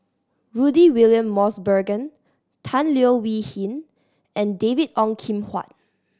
Rudy William Mosbergen Tan Leo Wee Hin and David Ong Kim Huat